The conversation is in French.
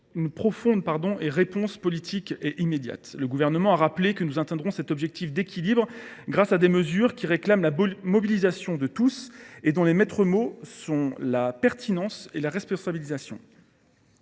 une réponse politique profonde et immédiate. Le Gouvernement a rappelé que nous atteindrons cet objectif d’équilibre grâce à des mesures qui réclament la mobilisation de tous et dont les maîtres mots sont la pertinence et la responsabilisation.